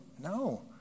no